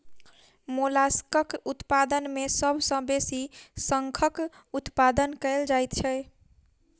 मोलास्कक उत्पादन मे सभ सॅ बेसी शंखक उत्पादन कएल जाइत छै